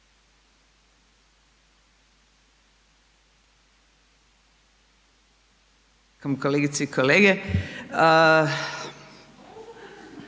moje kolegice i kolege